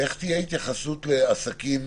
איך תהיה התייחסות לעסקים